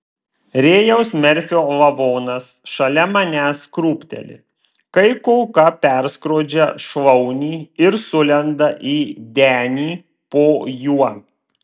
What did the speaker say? rėjaus merfio lavonas šalia manęs krūpteli kai kulka perskrodžia šlaunį ir sulenda į denį po juo